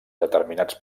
determinats